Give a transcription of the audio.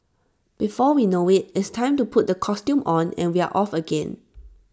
before we know IT it's time to put the costume on and we are off again